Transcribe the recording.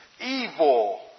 evil